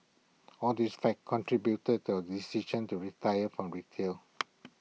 all these factors contributed to our decision to retire from retail